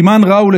סימן רע הוא,